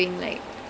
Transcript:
ya